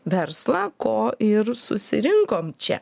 verslą ko ir susirinkom čia